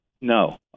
No